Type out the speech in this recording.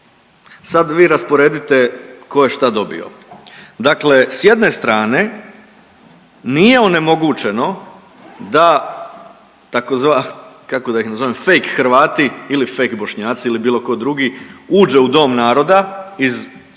sad vi rasporedite ko je šta dobio. Dakle s jedne strane nije onemogućeno da tzv. kako da ih nazovem fejk Hrvati ili fejk Bošnjaci ili bilo ko drugi uđe u Dom naroda i tako